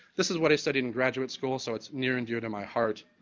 this is what i studied in graduate school, so it's near and dear to my heart.